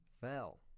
Fell